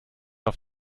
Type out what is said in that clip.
auf